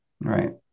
right